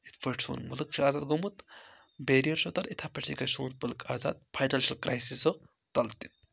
یِتھ پٲٹھۍ سون مُلک چھُ آزاد گوٚمُت بیریر چھُ تَل یِتھٕے پٲٹھۍ تہِ گژھِ سون مُلک تہِ آزاد فاینانشَل کرٛایسیٖزو تَلہٕ تہِ